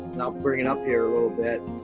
and i'll bring it up here a